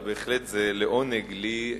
בהחלט לעונג לי,